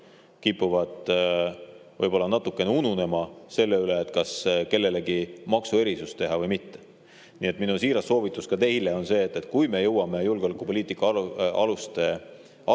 kipuvad võib-olla natukene ununema, [kui arutatakse] selle üle, kas kellelegi maksuerisust teha või mitte. Nii et minu siiras soovitus ka teile on see, et kui me jõuame julgeolekupoliitika aluste aruteluni